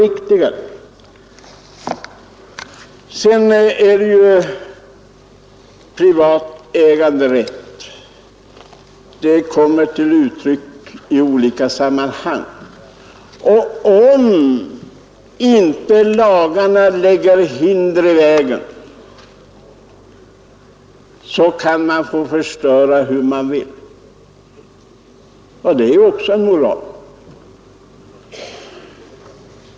Avigsidorna av den privata äganderätten kommer till uttryck i olika sammanhang; om inte lagarna lägger hinder i vägen härför kan man förstöra hur man vill. Det är ju också en moral!